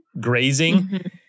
grazing